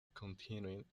continuing